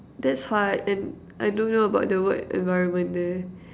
that's hard and I don't know about the work environment there